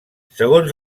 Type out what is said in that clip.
segons